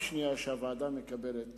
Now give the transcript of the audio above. זו הפעם השנייה שהוועדה מקבלת